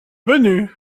venu